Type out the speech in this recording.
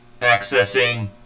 Accessing